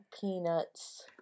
peanuts